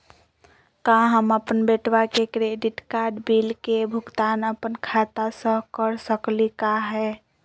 का हम अपन बेटवा के क्रेडिट कार्ड बिल के भुगतान अपन खाता स कर सकली का हे?